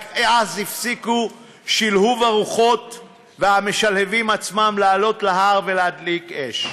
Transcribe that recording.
רק אז הפסיקו שלהוב הרוחות והמשלהבים עצמם לעלות להר ולהדליק אש.